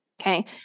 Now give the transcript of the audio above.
okay